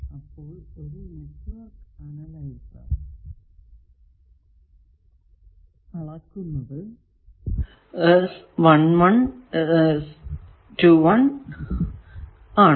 അപ്പോൾ ഒരു network analyser അളക്കുന്നത് ആണ്